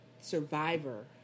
survivor